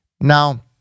Now